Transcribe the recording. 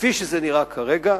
כפי שזה נראה כרגע,